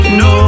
no